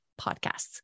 podcasts